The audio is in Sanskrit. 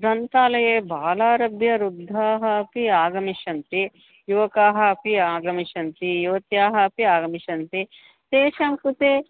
ग्रन्थालये बालादारभ्यवृद्धाः अपि आगमिष्यन्ति युवकाः अपि आगमिष्यन्ति युवत्याः अपि आगमिष्यन्ति तेषां कृते